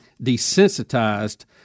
desensitized